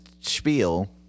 spiel